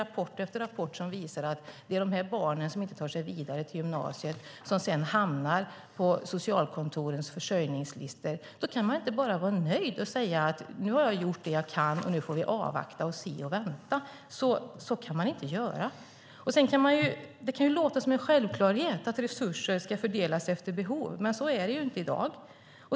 Rapport efter rapport visar att det är de barn som inte tar sig vidare till gymnasiet som sedan hamnar på socialkontorens försörjningslistor. Då kan man inte bara vara nöjd och säga: Nu har jag gjort det jag kan - nu får vi avvakta, se och vänta. Det kan låta som en självklarhet att resurser ska fördelas efter behov, men så är det inte i dag.